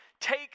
take